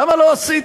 למה לא עשיתם?